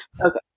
Okay